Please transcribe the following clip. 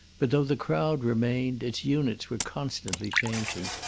but though the crowd remained, its units were constantly changing,